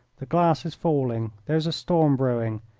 the glass is falling, there is a storm brewing,